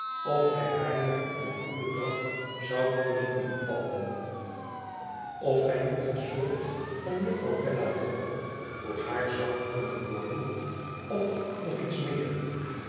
of gij haar niet op een goeden dag zoudt kunnen inpalmen of gij niet een soort van juffrouw bella wilfer voor haar zoudt kunnen worden of nog iets meer